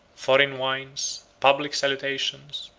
foreign wines, public salutations,